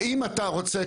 האם אתה רוצה,